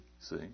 see